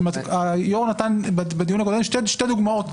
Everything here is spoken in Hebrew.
היו"ר נתן בדיון הקודם שתי דוגמאות,